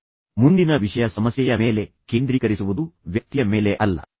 ನಂತರ ಮುಂದಿನ ಪ್ರಮುಖ ವಿಷಯವೆಂದರೆ ಸಮಸ್ಯೆಯ ಮೇಲೆ ಕೇಂದ್ರೀಕರಿಸುವುದು ವ್ಯಕ್ತಿಯ ಮೇಲೆ ಅಲ್ಲ